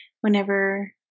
whenever